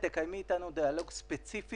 קרן, תקיימי איתנו דיאלוג ספציפי.